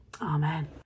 Amen